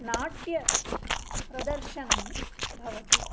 नाट्यप्रदर्शनं भवति